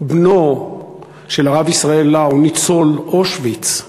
בנו של הרב ישראל לאו, ניצול אושוויץ,